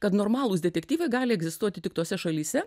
kad normalūs detektyvai gali egzistuoti tik tose šalyse